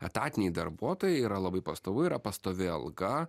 etatiniai darbuotojai yra labai pastovu yra pastovi alga